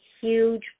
huge